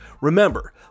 Remember